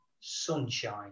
Sunshine